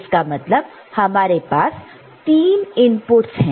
इसका मतलब हमारे पास 3 इनपुटस है